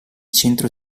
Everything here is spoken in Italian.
centro